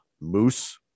Moose